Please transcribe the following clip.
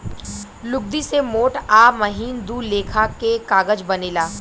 लुगदी से मोट आ महीन दू लेखा के कागज बनेला